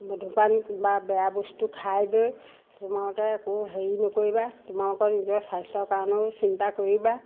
মদ্যপান বা বেয়া বস্তু খাই বৈ তোমালোকে একো হেৰি নকৰিবা তোমালোকৰ নিজৰ স্বাস্থ্যৰ কাৰণেও চিন্তা কৰিবা